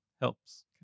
helps